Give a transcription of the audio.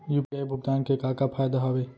UPI भुगतान के का का फायदा हावे?